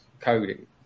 coding